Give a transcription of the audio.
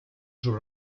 sus